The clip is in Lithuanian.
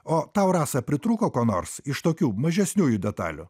o tau rasa pritrūko ko nors iš tokių mažesniųjų detalių